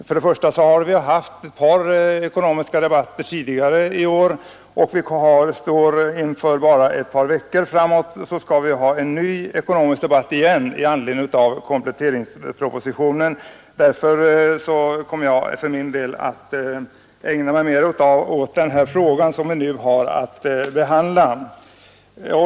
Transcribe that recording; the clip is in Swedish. För det första har vi haft ett par ekonomiska debatter tidigare i år och för det andra skall vi om bara ett par veckor ha en ny ekonomisk debatt i anledning av kompletteringspropositionen. Därför kommer jag för min del att ägna mig mer åt den fråga som vi nu behandlar.